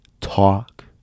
talk